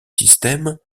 système